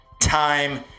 time